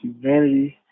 humanity